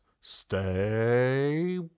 stay